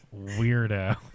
weirdo